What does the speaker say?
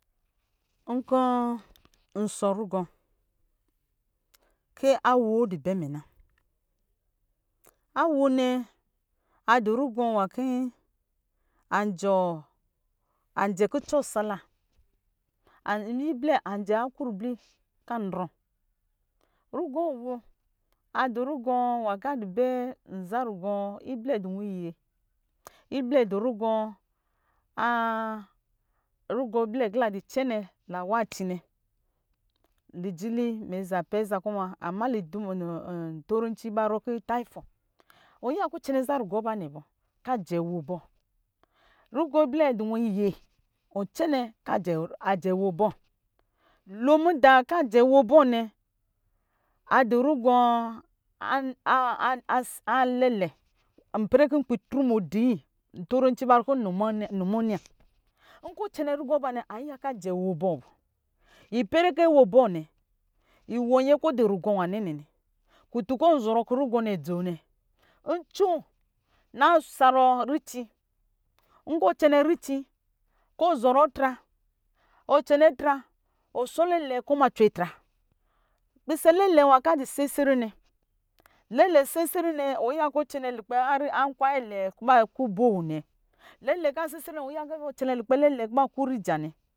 Nkɔ nsɔ rugɔ dɔ bɛ mɛ na, ke awo nɛ adu rugɔ nwa kɔ anjɛ wɔ anjɛ kucɔ sala iblɛ anjɛ aku ribli kɔ anrɔ rugɔ awo adɔ rugɔ nwa kɔ adu sɛ nza rugɔ iblɛ du nwa iye iblɛ du nwa a rugɔ blɛ a rugɔ blɛ a kɔ la du cɛne lawa aci nɛ ligiti mɛ za pɛ aza kɔ muna ama luduma ntoronci barɔ kɔ tayifɔ wɔ yiya kɔ ɔ cɛnɛ nza rugɔ abanɛ bɔ kɔ ajɛ awo bɔ rugɔ blɛ adɔ nwa iye blɛ ajɛ awo bɔ. Lo minda kɔ ajɛ awo bɔ nɛ adɔ rugɔaaalɛlɛ ipɛrɛ kɔ nkpin truma dii ntoronci barɔ kɔ nimo niya nlaɔ cɛnɛ rugɔ abanɛ anyiya kɔ ajɛ awo bɔ ipɛrɛ kɔ awɔ bɔ nɛ iwɔ nyɛ kɔ ɔdɔ rugɔ nwa nɛnɛ kutun kɔ ɔn zɔrɔ kɔ rugɔ nɛ adzo nɛ ncoo nasarɔ rici nkɔ cɛnɛ rici. Kɔ ɔsɔrɔ atra ɔ cɛnɛ atra ɔsɔ lɛlɛ kɔ ɔ ma cwe atra pisɛ lɛlɛ nwan kɔ adu sese re nɛ lɛlɛ sesere nɛ wɔ yiya kɔ cɛnɛ lukpɛ nkwa lɛ lɛ nwa kɔ ba ku boho nɛ nɔ yiya cɛnɛ lukpɛ lɛlɛ uwa kɔ ba ku riɔa nɛ